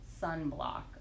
sunblock